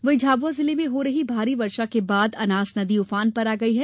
वहीं झाबुआ जिले में हो रही भारी वर्षा के बाद अनास नदी उफान पर आ गई है